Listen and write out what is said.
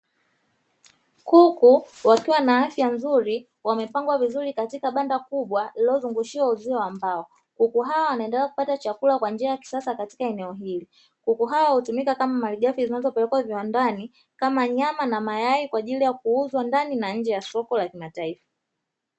Kuku wakiwa na afya nzuri wamepangwa vizuri katika banda kubwa lililozungushiwa uzio wa mbao, kuku hawa wanaendelea kupata chakula kwa njia ya kisasa katika eneo hili, kuku hawa hutumika kama malighafi zinaopelekwa viwandani kama: nyama na mayai kwa ajili ya kuuzwa ndani na nje ya soko la kimataifa.